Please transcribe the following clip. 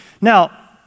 Now